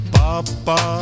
papa